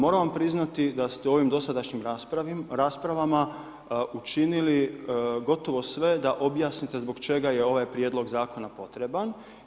Moram vam priznati da ste ovim dosadašnjim raspravama učinili gotovo sve da objasnite zbog čega je ovaj prijedlog zakona potreban.